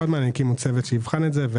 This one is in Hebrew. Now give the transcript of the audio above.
הקימו צוות שיבחן את זה.